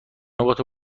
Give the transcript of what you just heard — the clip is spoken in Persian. نقاط